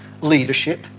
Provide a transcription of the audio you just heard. leadership